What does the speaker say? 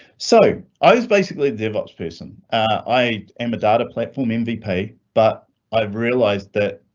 so i was basically devops person. i am a data platform and mvp. but i've realized that.